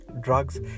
Drugs